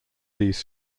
these